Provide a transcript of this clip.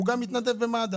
הוא גם מתנדב במד"א.